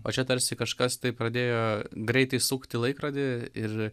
o čia tarsi kažkas tai pradėjo greitai sukti laikrodį ir